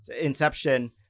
inception